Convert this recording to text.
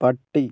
പട്ടി